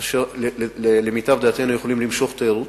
ואשר למיטב ידיעתנו יכולים למשוך תיירות.